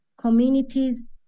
communities